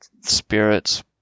spirits